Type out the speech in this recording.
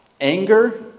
Anger